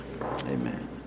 Amen